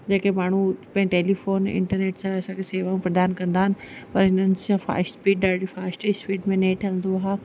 जे के माण्हू टेलीफ़ोन ऐं इंटरनेट सां असांखे सेवाऊं प्रदान कंदा आहिनि पर हिननि सां फ़ास्ट स्पीड ॾाढी फ़ास्ट स्पीड में नेट हलंदो आहे